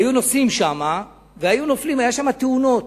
והיו נוסעים שם והיו נופלים, היו שם תאונות.